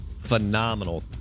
phenomenal